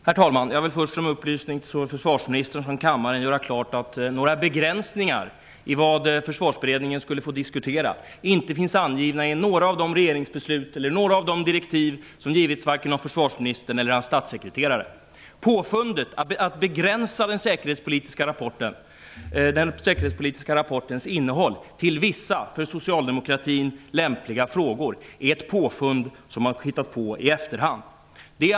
Herr talman! Jag vill först som en upplysning till försvarsministern göra klart att några begränsningar i vad Försvarberedningen skulle få diskutera inte finns angivna i några av de regeringsbeslut eller direktiv som givits vare sig av försvarsministern eller hans statssekreterare. Att begränsa den säkerhetspolitiska rapportens innehåll till vissa för socialdemokratin lämpliga frågor är ett påfund som man har kommit med i efterhand.